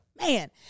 Man